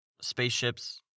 Spaceships